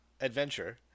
adventure